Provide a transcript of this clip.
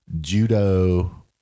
judo